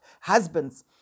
husbands